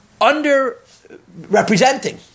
under-representing